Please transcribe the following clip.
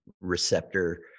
receptor